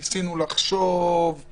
ניסינו לחשוב על